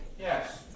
yes